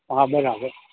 હા બરાબર